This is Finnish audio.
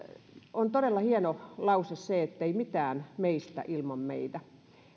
on todella hieno lause se ei mitään meistä ilman meitä haluan antaa